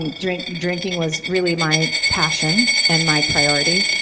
and drinking drinking was really my passion and my priority.